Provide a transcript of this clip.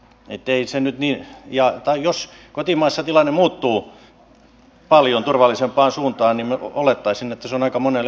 ettei se nyt niin jaetaan jos kotimaassa tilanne muuttuu paljon turvallisempaan suuntaan niin minä olettaisin että se on aika monelle iloinen uutinen